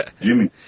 Jimmy